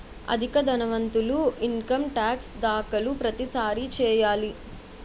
అధిక ధనవంతులు income tax దాఖలు ప్రతిసారి చేయాలి